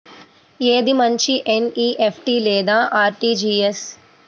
ఏది మంచి ఎన్.ఈ.ఎఫ్.టీ లేదా అర్.టీ.జీ.ఎస్?